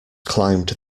climbed